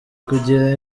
kugira